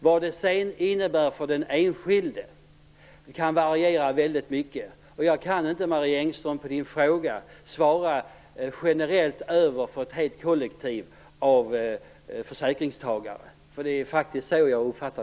Vad det sedan innebär för den enskilde kan variera väldigt mycket, och jag kan inte på Marie Engströms fråga svara generellt för ett helt kollektiv av försäkringstagare. Det är faktiskt så jag uppfattar